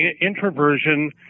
introversion